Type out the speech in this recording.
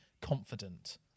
confident